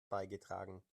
beigetragen